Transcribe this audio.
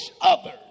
others